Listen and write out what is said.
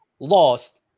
lost